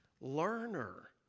Learner